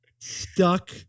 Stuck